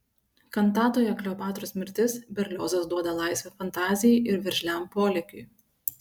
kantatoje kleopatros mirtis berliozas duoda laisvę fantazijai ir veržliam polėkiui